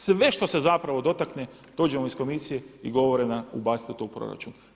Sve što se zapravo dotakne, dođe vam iz Komisije i govore nam ubacite to u proračun.